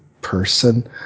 person